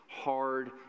hard